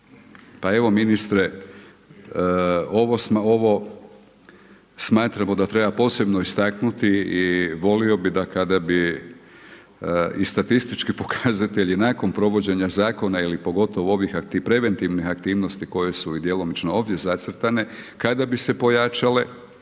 pa evo ministre ovo smatramo da treba posebno istaknuti i volio bih da kada bi i statistički pokazatelji nakon provođenja zakona ili pogotovo ovih preventivnih aktivnosti koje su i djelomično ovdje zacrtane kada bi se pojačale